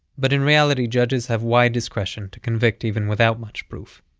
but in reality judges have wide discretion to convict even without much proof.